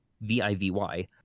V-I-V-Y